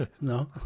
no